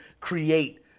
create